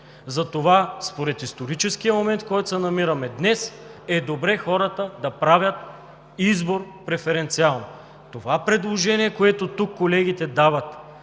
Според историческия момент, в който се намираме днес, е добре хората да правят избор преференциално. Това предложение, което колегите дават,